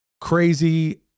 crazy